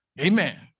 Amen